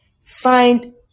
find